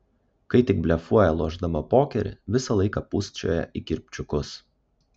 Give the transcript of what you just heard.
kai tik blefuoja lošdama pokerį visą laiką pūsčioja į kirpčiukus